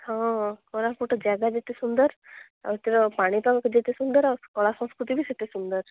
ହଁ କୋରାପୁଟ ଜାଗା ଯେତେ ସୁନ୍ଦର ଆଉ ତାର ପାଣିପାଗ ଯେତେ ସୁନ୍ଦର ଆଉ କଳା ସଂସ୍କୃତି ବି ସେତେ ସୁନ୍ଦର